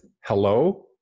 hello